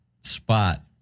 spot